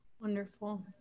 Wonderful